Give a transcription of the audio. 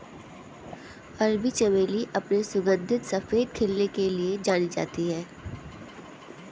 अरबी चमेली अपने सुगंधित सफेद खिलने के लिए जानी जाती है